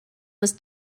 was